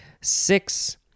Six